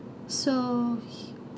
so